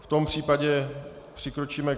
V tom případě přikročíme...